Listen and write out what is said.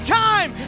time